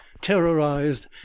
terrorized